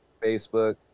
Facebook